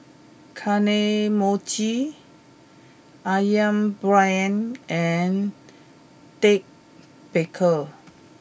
Kane Mochi Ayam Brand and Ted Baker